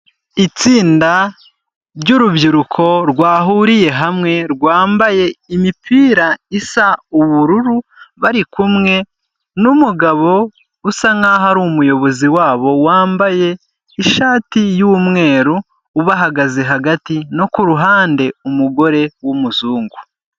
Itsinda ry'urubyiruko rwahuriye hamwe, rwambaye imipira isa ubururu, bari kumwe n'umugabo usa nkaho ari umuyobozi wabo, wambaye ishati y'umweru ubahagaze hagati no ku ruhande umugore w'umuzungu.